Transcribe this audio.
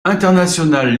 international